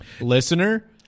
listener